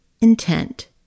intent